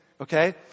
Okay